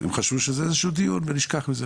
והם חשבו שזה איזה שהוא דיון ונשכח מזה,